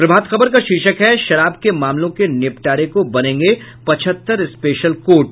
प्रभात खबर का शीर्षक है शराब के मामलों के निपटारे को बनेगे पचहत्तर स्पेशल कोर्ट